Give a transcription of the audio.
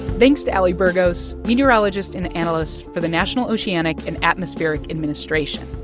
thanks to ali burgos, meteorologist and analyst for the national oceanic and atmospheric administration.